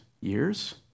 years